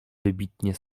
wybitnie